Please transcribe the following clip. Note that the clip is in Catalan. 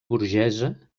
burgesa